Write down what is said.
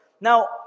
Now